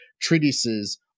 treatises